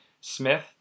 Smith